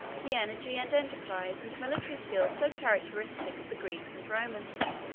the energy, and enterprise, and military skill so characteristic of the greeks and romans.